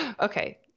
okay